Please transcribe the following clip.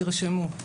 תרשמו.